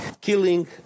killing